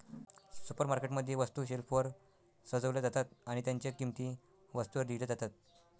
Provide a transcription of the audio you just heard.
supermarket मध्ये, वस्तू शेल्फवर सजवल्या जातात आणि त्यांच्या किंमती वस्तूंवर लिहिल्या जातात